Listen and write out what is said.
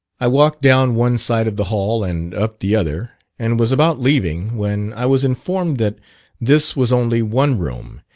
i walked down one side of the hall and up the other, and was about leaving, when i was informed that this was only one room,